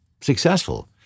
successful